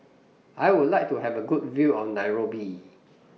I Would like to Have A Good View of Nairobi